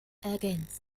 ergänzt